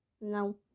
No